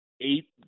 eight